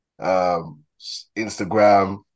Instagram